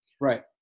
Right